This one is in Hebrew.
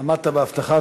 עמדת בהבטחה.